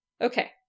Okay